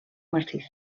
massís